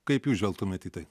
kaip jūs žvelgtumėt į tai